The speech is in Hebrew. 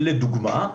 לדוגמה,